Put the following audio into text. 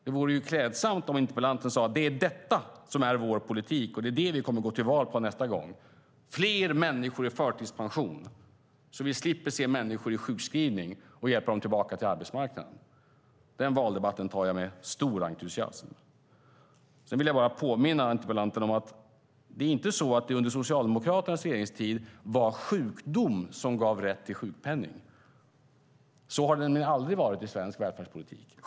Det vore klädsamt om interpellanten sade: Det är detta som är vår politik, och det är det vi kommer att gå till val på nästa gång. Fler människor ska få förtidspension så vi slipper se människor i sjukskrivning och hjälpa dem tillbaka till arbetsmarknaden. Den valdebatten tar jag med stor entusiasm. Sedan vill jag bara påminna interpellanten om att det inte var sjukdom som gav rätt till sjukpenning under Socialdemokraternas regeringstid. Så har det nämligen aldrig varit i svensk välfärdspolitik.